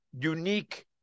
unique